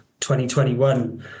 2021